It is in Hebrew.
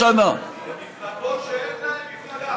למפלגות שאין להן מפלגה.